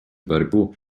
борьбу